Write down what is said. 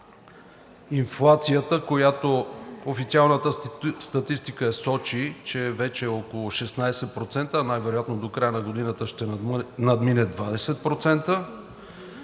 инфлацията, която официалната статистика сочи, че вече е около 16%, а най-вероятно до края на годината ще надмине 20%.